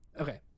Okay